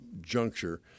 juncture